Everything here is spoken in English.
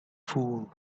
fool